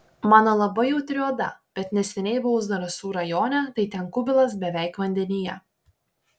mano labai jautri oda bet neseniai buvau zarasų rajone tai ten kubilas beveik vandenyje